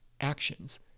actions